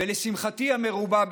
ולשמחתי המרובה,